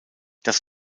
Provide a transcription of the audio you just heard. das